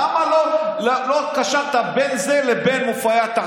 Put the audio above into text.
למה לא קשרת בין זה לבין מופעי התרבות?